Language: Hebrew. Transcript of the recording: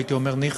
הייתי אומר ניחא,